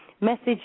message